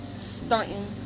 stunting